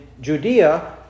Judea